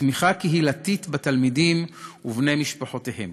ותמיכה קהילתית בתלמידים ובבני משפחותיהם.